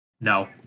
No